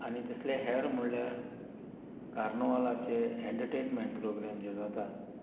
आनी तेसले हेळ म्हुळ्यार कार्नुवालाचे एन्टरटेनमेंट प्रोग्राम जे जाता